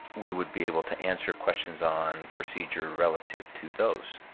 we would be able to answer questions on procedure relative to those.